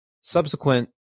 subsequent